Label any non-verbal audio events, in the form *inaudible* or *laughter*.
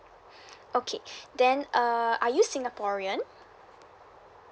*breath* okay then uh are you singaporean